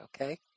okay